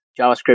JavaScript